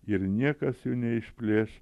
ir niekas jų neišplėš